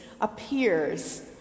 appears